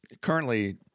currently